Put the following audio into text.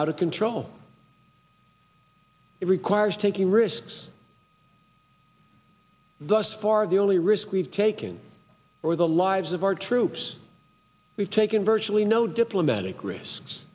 out of control it requires taking risks thus far the only risk we've taken for the lives of our troops we've taken virtually no diplomatic risks